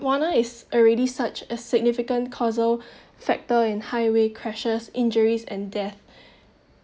marijuana is already such as significant causal factor in highway crashes injuries and death